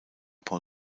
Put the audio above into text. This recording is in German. paul